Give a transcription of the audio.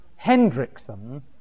Hendrickson